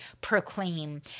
proclaim